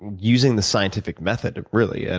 using the scientific method, really, and